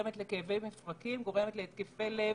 לכאבי מפרקים אלא גורמים להתקפי לב,